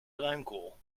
bruinkool